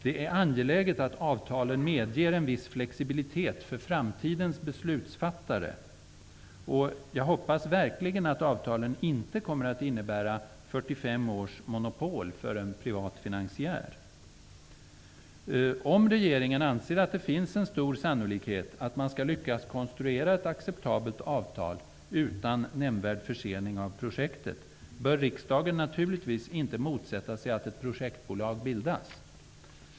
Det är angeläget att avtalen medger en viss flexibilitet för framtidens beslutsfattare. Jag hoppas verkligen att avtalen inte kommer att innebära 45 Om regeringen anser att det finns en stor sannolikhet att man skall lyckas konstruera ett acceptabelt avtal utan nämnvärd försening av projektet bör riksdagen naturligtvis inte motsätta sig att ett projektbolag bildas.